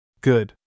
Good